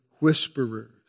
whisperers